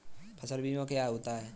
फसल बीमा क्या होता है?